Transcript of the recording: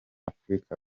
africa